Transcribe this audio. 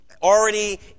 ...already